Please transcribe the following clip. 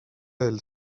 del